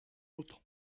autre